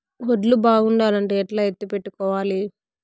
వడ్లు బాగుండాలంటే ఎట్లా ఎత్తిపెట్టుకోవాలి?